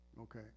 okay